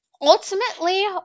ultimately